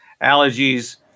allergies